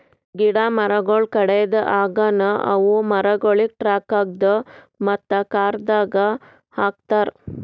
ಗಿಡ ಮರಗೊಳ್ ಕಡೆದ್ ಆಗನ ಅವು ಮರಗೊಳಿಗ್ ಟ್ರಕ್ದಾಗ್ ಮತ್ತ ಕಾರದಾಗ್ ಹಾಕತಾರ್